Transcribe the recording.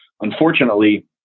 Unfortunately